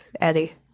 Eddie